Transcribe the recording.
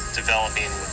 developing